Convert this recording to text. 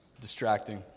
Distracting